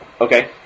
Okay